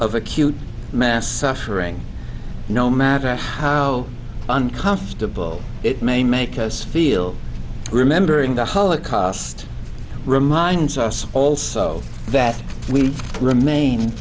of acute mass suffering no matter how uncomfortable it may make us feel remembering the holocaust reminds us all so that we remain